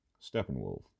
Steppenwolf